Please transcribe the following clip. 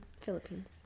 Philippines